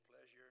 pleasure